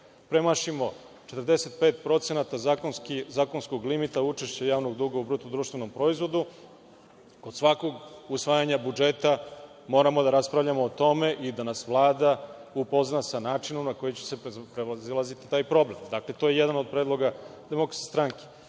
premašimo 45% zakonskog limita, učešće javnog duga u BDP, kod svakog usvajanja budžeta moramo da raspravljamo o tome i da nas Vlada upozna sa načinom na koji će se prevazilaziti taj problem. Dakle, to je jedan od predloga DS.Dakle, 2012.